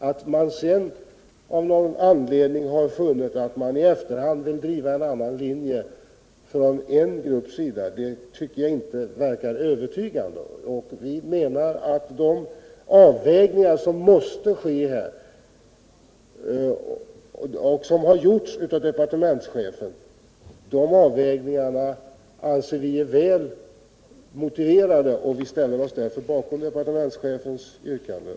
Att en grupp sedan av någon anledning funnit att den i efterhand vill driva en annan linje tycker jag inte verkar övertygande. Vi menar att de avvägningar som måste ske och som gjorts av departementschefen var väl motiverade och ställer oss därför bakom departementschefens yrkande.